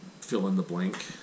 fill-in-the-blank